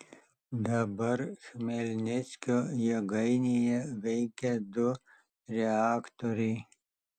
dabar chmelnickio jėgainėje veikia du reaktoriai